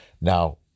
Now